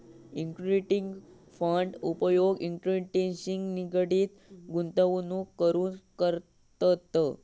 equity fund उपयोग इक्विटीशी निगडीत गुंतवणूक करूक करतत